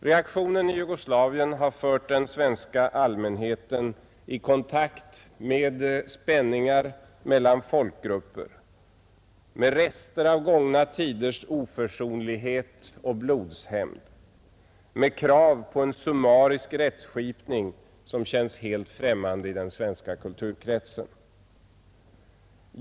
Reaktionen i Jugoslavien har fört den svenska allmänheten i kontakt med spänningar mellan folkgrupper, med rester av gångna tiders oförsonlighet och blodshämnd, med krav på en summarisk rättskipning som känns helt främmande i den svenska kulturkretsen.